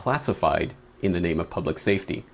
classified in the name of public safety